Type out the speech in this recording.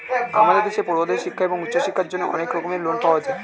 আমাদের দেশে পড়ুয়াদের শিক্ষা এবং উচ্চশিক্ষার জন্য অনেক রকমের লোন পাওয়া যায়